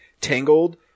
tangled